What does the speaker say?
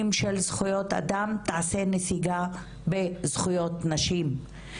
של זכויות אדם תעשה נסיגה בזכויות נשים.